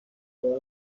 ژانویه